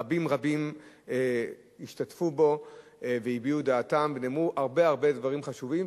רבים-רבים השתתפו בו והביעו את דעתם ונאמרו הרבה-הרבה דברים חשובים.